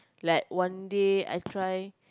like one day I try like